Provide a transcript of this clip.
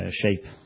shape